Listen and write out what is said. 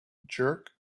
jerk